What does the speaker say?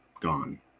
gone